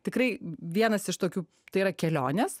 tikrai vienas iš tokių tai yra kelionės